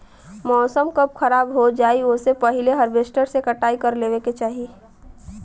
मौसम कब खराब हो जाई ओसे पहिले हॉरवेस्टर से कटाई कर लेवे के चाही